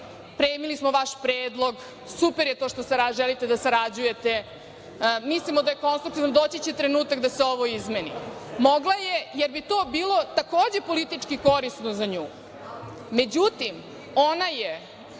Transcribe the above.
premili smo vaš predlog, super je to što sada želite da sarađujete, mislimo da je konstruktivan, doći će trenutak da se ovo izmeni. Mogla je, jer bi to bilo takođe politički korisno za nju.Međutim, ona je